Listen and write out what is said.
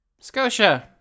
Scotia